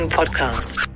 podcast